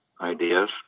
ideas